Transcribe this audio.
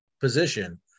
position